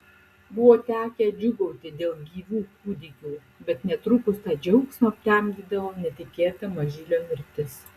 buvo tekę džiūgauti dėl gyvų kūdikių bet netrukus tą džiaugsmą aptemdydavo netikėta mažylio mirtis